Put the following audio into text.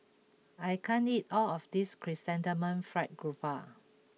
I can't eat all of this Chrysanthemum Fried Garoupa